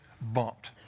bumped